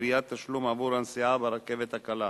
בגביית תשלום עבור הנסיעה ברכבת הקלה.